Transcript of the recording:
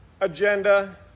agenda